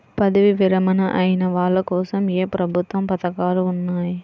పదవీ విరమణ అయిన వాళ్లకోసం ఏ ప్రభుత్వ పథకాలు ఉన్నాయి?